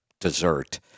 dessert